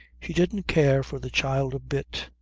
she didn't care for the child a bit,